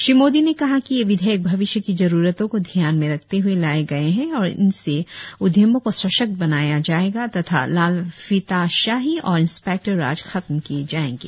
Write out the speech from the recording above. श्री मोदी ने कहा कि ये विधेयक भविष्य की जरूरतों को ध्यान में रखते हुए लाए गए हैं और इनसे उद्यमों को सशक्त बनाया जाएगा तथा लाल फीताशाही और इंस्पेक्टर राज खत्म किए जाएंगे